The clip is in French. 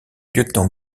lieutenant